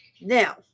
Now